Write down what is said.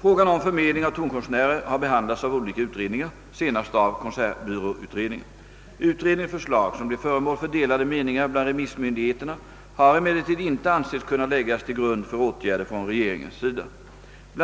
Frågan om förmedling av tonkonstnärer har behandlats av olika utredningar, senast av konsertbyråutredningen. Utredningens förslag, som blev föremål för delade meningar bland remissmyndigheterna, har emellertid inte ansetts kunna läggas till grund för åtgärder från regeringens sida. Bl.